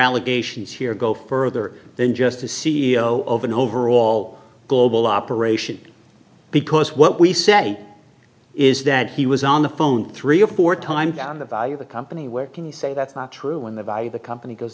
allegations here go further than just a c e o of an overall global operation because what we say is that he was on the phone three or four times on the value of a company where can you say that's not true when the value of the company goes